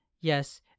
Yes